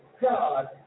God